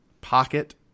pocket